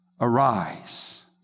arise